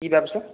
কী ব্যবসা